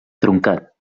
truncat